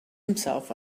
himself